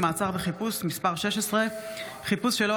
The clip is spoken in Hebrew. לקריאה ראשונה,